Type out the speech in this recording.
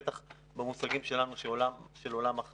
ובטח במושגים שלנו של עולם החלב.